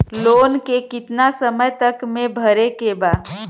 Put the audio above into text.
Loan के कितना समय तक मे भरे के बा?